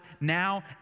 now